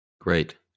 Great